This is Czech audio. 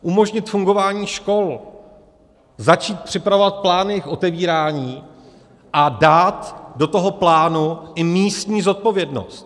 Umožnit fungování škol, začít připravovat plány k otevírání a dát do toho plánu i místní zodpovědnost.